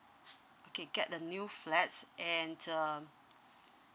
okay get a new flats and um